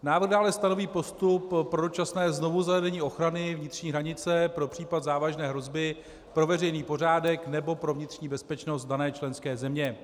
Návrh dále stanoví postup pro dočasné znovuzařazení ochrany vnitřní hranice pro případ závažné hrozby pro veřejný pořádek nebo pro vnitřní bezpečnost dané členské země.